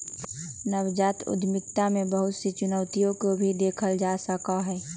नवजात उद्यमिता में बहुत सी चुनौतियन के भी देखा जा सका हई